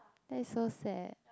that is so sad